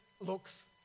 looks